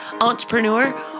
Entrepreneur